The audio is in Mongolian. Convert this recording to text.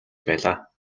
байлаа